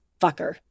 fucker